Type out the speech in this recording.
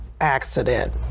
accident